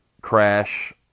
crash